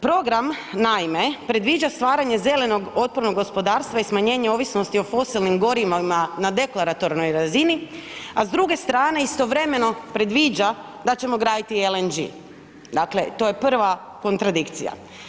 Program naime predviđa stvaranje zelenog otpornog gospodarstva i smanjenje ovisnosti o fosilnim gorivima na deklatornoj razini, a s druge strane istovremeno predviđa da ćemo graditi LNG, dakle to je prva kontradikcija.